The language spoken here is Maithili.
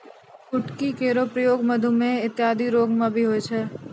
कुटकी केरो प्रयोग मधुमेह इत्यादि रोग म भी होय छै